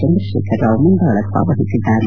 ಚಂದ್ರಶೇಖರ್ರಾವ್ ಮುಂದಾಳತ್ವ ವಹಿಸಿದ್ದಾರೆ